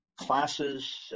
classes